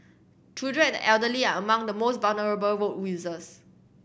children and the elderly are among the most vulnerable road users